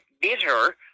bitter